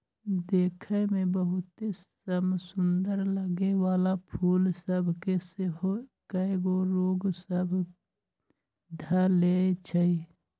देखय में बहुते समसुन्दर लगे वला फूल सभ के सेहो कएगो रोग सभ ध लेए छइ